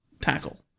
tackle